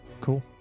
cool